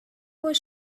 was